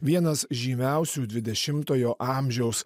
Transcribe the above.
vienas žymiausių dvidešimtojo amžiaus